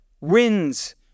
wins